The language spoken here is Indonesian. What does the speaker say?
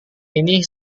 ini